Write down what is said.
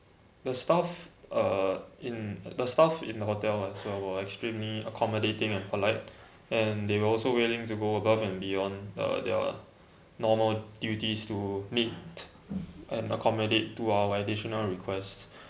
the staff uh in the staff in hotel I felt was extremely accommodating and polite and they also willing to go above and beyond uh their normal duties to meet and accommodate to our additional request